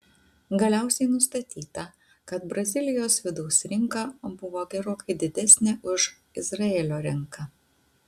galiausiai nustatyta kad brazilijos vidaus rinka buvo gerokai didesnė už izraelio rinką